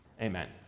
Amen